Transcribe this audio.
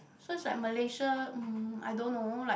so it's like Malaysia mm I don't know like